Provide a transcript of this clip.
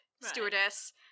stewardess